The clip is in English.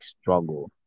struggle